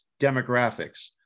demographics